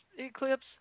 Eclipse